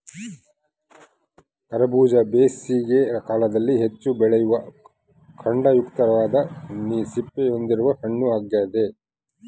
ಕರಬೂಜ ಬೇಸಿಗೆ ಕಾಲದಲ್ಲಿ ಹೆಚ್ಚು ಬೆಳೆಯುವ ಖಂಡಯುಕ್ತವಾದ ಸಿಪ್ಪೆ ಹೊಂದಿರುವ ಹಣ್ಣು ಆಗ್ಯದ